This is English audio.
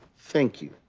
thank you.